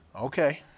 Okay